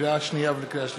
לקריאה שנייה ולקריאה שלישית: